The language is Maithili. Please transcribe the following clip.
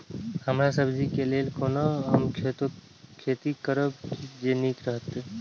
हरा सब्जी के लेल कोना हम खेती करब जे नीक रहैत?